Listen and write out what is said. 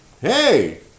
hey